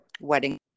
wedding